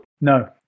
No